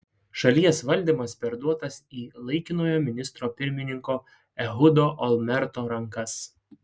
šalies valdymas perduotas į laikinojo ministro pirmininko ehudo olmerto rankas